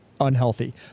unhealthy